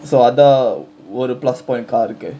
so அதா ஒரு:athaa oru plus point car க்கு:kku